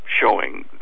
showing